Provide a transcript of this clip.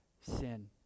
sin